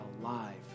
alive